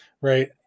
Right